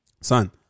Son